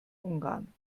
ungarn